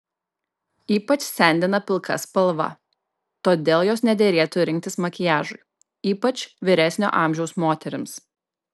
ypač sendina pilka spalva todėl jos nederėtų rinktis makiažui ypač vyresnio amžiaus moterims